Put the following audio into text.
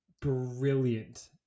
brilliant